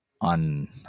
on